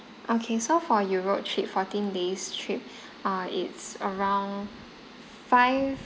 okay so for europe trip fourteen days trip err it's around five